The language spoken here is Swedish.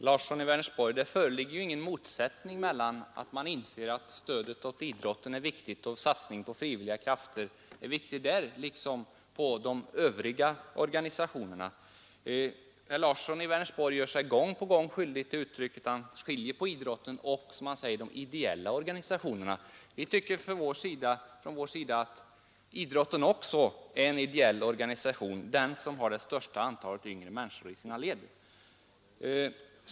Fru talman! Det föreligger ingen motsättning, herr Larsson i Vänersborg, mellan att man inser att stödet åt idrotten är viktigt och att en satsning på frivilliga krafter är viktig inom idrottsrörelsen, där liksom inom de övriga organisationerna måste denna satsning ske. Herr Larsson i Vänersborg gör sig gång på gång skyldig till att skilja på idrotten och, som han uttrycker det, de ideella organisationerna. Vi på vår sida tycker att idrottsorganisationerna också är ideella organisationer — de som har det största antalet yngre människor i sina led.